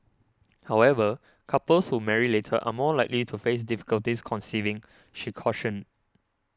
however couples who marry later are more likely to face difficulties conceiving she cautioned